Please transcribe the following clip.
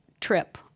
trip